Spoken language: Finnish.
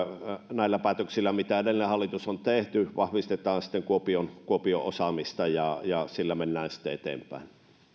näillä päätöksillä mitä edellinen hallitus on tehnyt vahvistetaan kuopion osaamista ja ja sillä mennään sitten eteenpäin